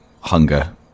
hunger